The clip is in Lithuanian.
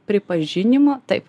pripažinimo taip